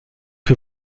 que